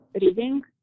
reading